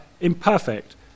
imperfect